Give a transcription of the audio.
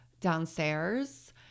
downstairs